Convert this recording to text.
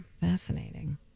fascinating